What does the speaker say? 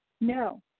No